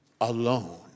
alone